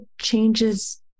changes